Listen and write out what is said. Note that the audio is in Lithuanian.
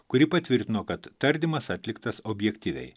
kuri patvirtino kad tardymas atliktas objektyviai